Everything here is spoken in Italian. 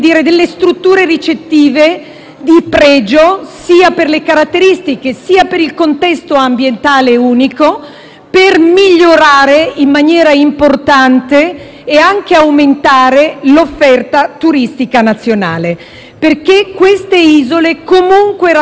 di pregio, sia per le caratteristiche, sia per il contesto ambientale unico, per migliorare in maniera importante e incrementare l'offerta turistica nazionale. Infatti queste isole rappresentano comunque un prodotto